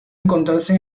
encontrarse